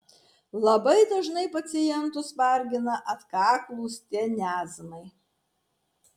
labai dažnai pacientus vargina atkaklūs tenezmai